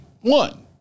one